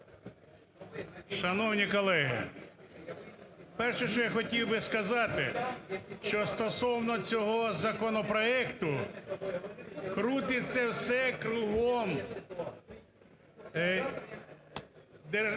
Шановні колеги, перше, що я хотів би сказати, що стосовно цього законопроекту крутиться все кругом